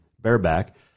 bareback